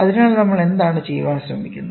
അതിനാൽ നമ്മൾ എന്താണ് ചെയ്യാൻ ശ്രമിക്കുന്നത്